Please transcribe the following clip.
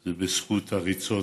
זה בזכות הריצות